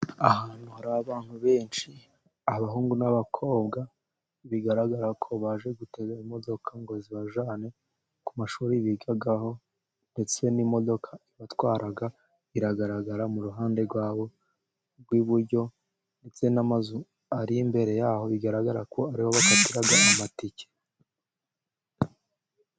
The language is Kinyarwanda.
Ahantu hari abantu benshi abahungu n'abakobwa , bigaragara ko baje gutega imodoka ngo zibajyane ku mashuri bigaho ndetse n'imodoka ibatwara iragaragara mu ruhande rwabo rw'iburyo ndetse n'amazu ari imbere yabo bigaragara ko ariho bakatira amatike.